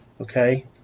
Okay